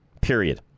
Period